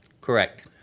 Correct